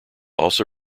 also